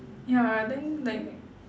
ya then like